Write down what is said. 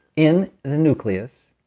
in the nucleus.